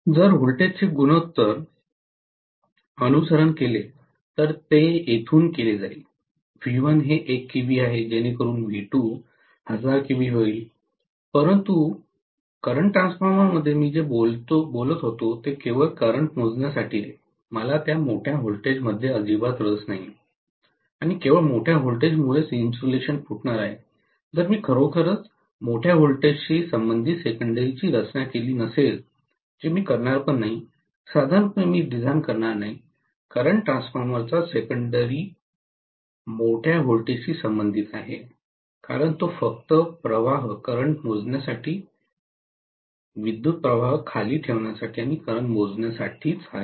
जर व्होल्टेजचे गुणोत्तर अनुसरण केले तर ते येथून केले जाईल V1 हे 1 केव्ही आहे जेणेकरुन V2 1000 केव्ही होईल परंतु करंट ट्रान्सफॉर्मरद्वारे मी जे बोलत होतो ते केवळ करंट मोजण्यासाठी आहे मला त्या मोठ्या व्होल्टेजमध्ये अजिबात रस नाही आणि केवळ मोठा व्होल्टेजच मुळे इन्सुलेशन फुटेल जर मी खरोखरच मोठ्या व्होल्टेजशी संबंधित सेकंडरी रचना केली नसेल जे मी करणार नाही साधारणपणे मी डिझाइन करणार नाही करंट ट्रान्सफॉर्मरचा सेकंडरी मोठ्या व्होल्टेजशी संबंधित आहे कारण तो फक्त प्रवाह मोजण्यासाठी विद्युत् प्रवाह खाली ठेवण्यासाठी आणि करंट मोजण्यासाठीच आहे